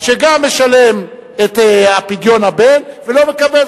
שגם משלם את פדיון הבן ולא מקבל,